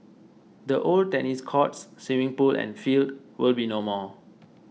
the old tennis courts swimming pool and field will be no more